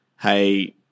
Hey